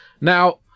Now